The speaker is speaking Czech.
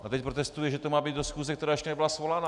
A teď protestuje, že to má být do schůze, která ještě nebyla svolána.